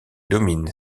domine